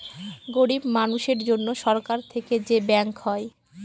গরিব মানুষের জন্য সরকার থেকে যে ব্যাঙ্ক হয়